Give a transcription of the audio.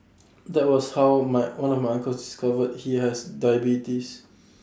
that was how my one of my uncles discovered he has diabetes